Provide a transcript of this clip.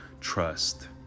trust